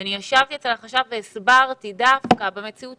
ואני ישבתי אצל החשב והסברתי שדווקא במציאות